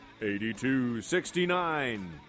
8269